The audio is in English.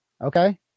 Okay